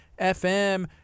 FM